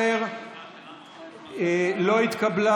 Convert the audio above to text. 10 לא התקבלה.